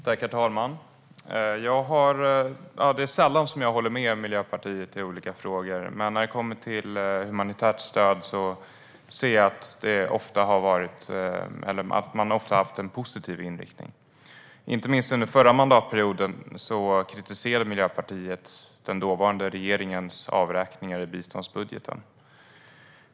Herr talman! Det är sällan som jag håller med Miljöpartiet i olika frågor, men när det kommer till humanitärt stöd noterar jag att man ofta har haft en positiv inriktning. Inte minst under den förra mandatperioden kritiserade Miljöpartiet den dåvarande regeringens avräkningar i biståndsbudgeten.